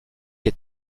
est